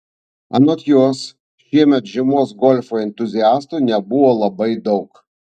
anot jos šiemet žiemos golfo entuziastų nebuvo labai daug